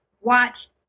watch